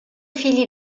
figli